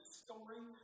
story